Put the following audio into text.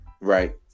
Right